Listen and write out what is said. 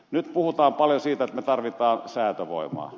nyt puhutaan paljon siitä että me tarvitsemme säätövoimaa